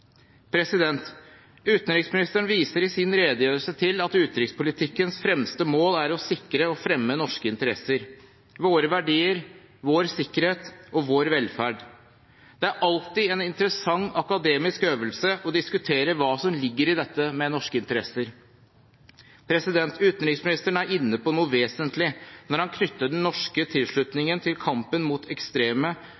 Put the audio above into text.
Utenriksministeren viser i sin redegjørelse til at utenrikspolitikkens fremste mål er å sikre og fremme norske interesser – våre verdier, vår sikkerhet og vår velferd. Det er alltid en interessant akademisk øvelse å diskutere hva som ligger i dette med norske interesser. Utenriksministeren er inne på noe vesentlig når han knytter den norske tilslutningen til kampen mot ekstreme